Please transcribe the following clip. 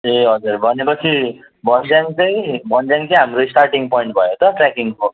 ए हजुर भनेपछि भन्ज्याङ चाहिँ भन्ज्याङ चाहिँ हाम्रो स्टार्टिङ पोइन्ट भयो त ट्र्याकिङको